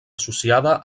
associada